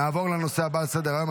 נעבור לנושא הבא על סדר-היום,